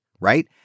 right